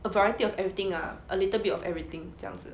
a variety of everything lah a little bit of everything 这样子